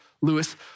Lewis